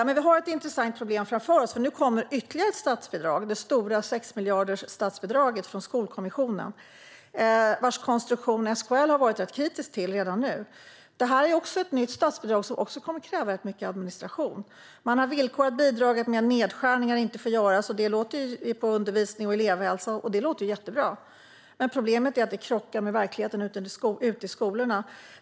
Men vi har ett intressant problem framför oss. Nu kommer det nämligen ytterligare ett statsbidrag: det stora 6-miljardersstatsbidraget från Skolkommissionen. SKL har redan varit rätt kritiskt till det statsbidragets konstruktion. Det är ett nytt statsbidrag som också kommer att kräva rätt mycket administration. Man har villkorat bidraget med att nedskärningar inte får göras i fråga om undervisning och elevhälsa. Det låter jättebra, men problemet är att det krockar med verkligheten ute i skolorna.